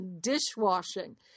dishwashing